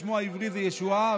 בשמו העברי זה ישועה,